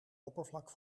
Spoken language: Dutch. oppervlak